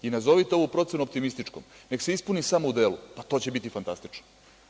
I nazovite ovu procenu optimističkom, neka se ispuni samo u delu, pa to će biti fantastično.